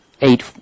eight